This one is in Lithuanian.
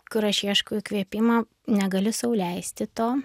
kur aš ieškau įkvėpimo negali sau leisti to